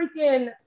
freaking